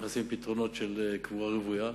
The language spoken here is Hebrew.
גם שם מכניסים פתרונות של קבורה רוויה.